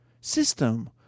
system